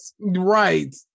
Right